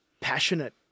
passionate